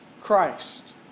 Christ